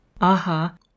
Aha